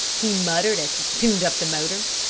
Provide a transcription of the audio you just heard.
he muttered, as he tuned up the motor.